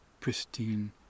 pristine